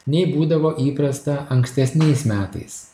nei būdavo įprasta ankstesniais metais